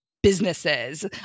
businesses